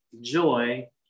joy